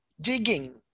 digging